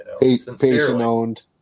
Patient-owned